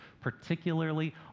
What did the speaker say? particularly